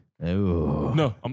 No